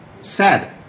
Sad